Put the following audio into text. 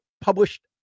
published